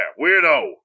weirdo